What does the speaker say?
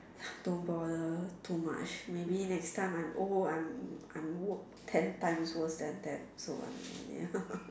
don't bother too much maybe next time I'm old I'm I'm more ten times worst than them so ya